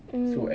mm